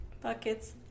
buckets